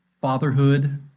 fatherhood